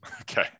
Okay